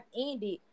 ended